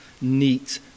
neat